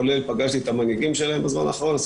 כולל פגשתי את המנהיגים שלהם בזמן האחרון.